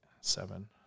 seven